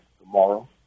tomorrow